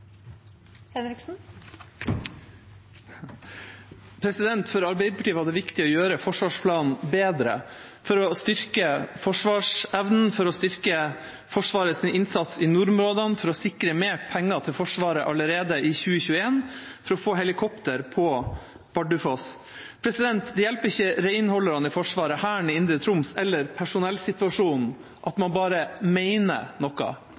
For Arbeiderpartiet var det viktig å gjøre forsvarsplanen bedre – for å styrke forsvarsevnen, for å styrke Forsvarets innsats i nordområdene, for å sikre mer penger til Forsvaret allerede i 2021, for å få helikopter på Bardufoss. Det hjelper ikke renholderne i Forsvaret, Hæren i indre Troms eller personellsituasjonen at man bare mener noe,